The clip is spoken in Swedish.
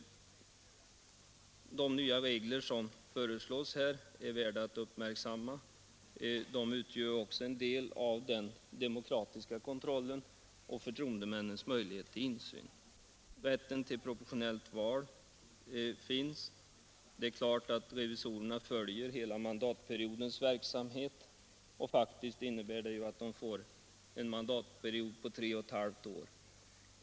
De föreslagna nya reglerna är värda uppmärksamhet. Även de utgör en del av den demokratiska kontrollen, genom förtroendemännens möjligheter till insyn. Rätten till proportionella val införs. Revisorerna skall följa verksamheten under hela man datperioden, och i själva verket får de en mandatperiod på tre och ett halvt år.